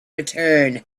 return